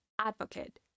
advocate